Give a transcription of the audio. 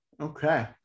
okay